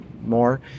more